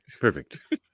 Perfect